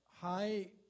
high